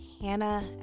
Hannah